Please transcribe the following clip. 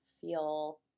feel